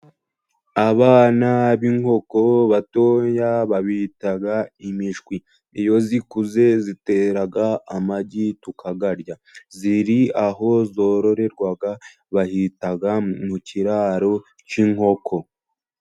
Abana b'inkoko, batoya babita imishwi. Iyo zikuze zitera amagi tukayarya, ziri aho zororerwa, bahita mu kiraro cy'inkoko.